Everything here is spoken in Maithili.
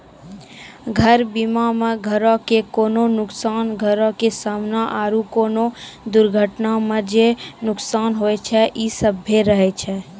घर बीमा मे घरो के कोनो नुकसान, घरो के समानो आरु कोनो दुर्घटना मे जे नुकसान होय छै इ सभ्भे रहै छै